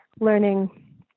learning